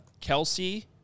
Kelsey